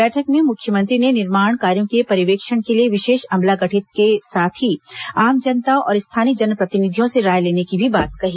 बैठक में मुख्यमंत्री ने निर्माण कार्यों के पर्यवेक्षण के लिए विशेष अमला गठित के साथ ही आम जनता और स्थानीय जनप्रतिनिधियों से राय लेने की भी बात कही